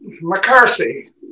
mccarthy